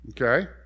Okay